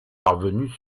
parvenues